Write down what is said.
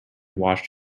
washed